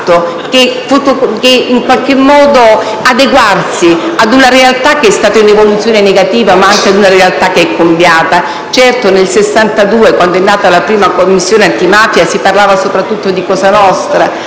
hanno fatto che adeguarsi ad una realtà che è stata in evoluzione negativa, ma anche ad una realtà che è cambiata. Certo, nel 1962, quando è nata la prima Commissione antimafia, si parlava soprattutto di Cosa nostra,